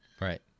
Right